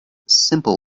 simple